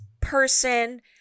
person